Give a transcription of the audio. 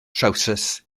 trowsus